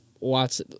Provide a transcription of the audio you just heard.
lots